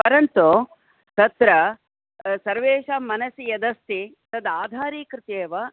परन्तु तत्र सर्वेषां मनसि यदस्ति तद् आधारीकृत्येव